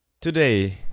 Today